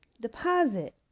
Deposit